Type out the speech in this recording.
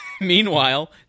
Meanwhile